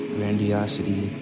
Grandiosity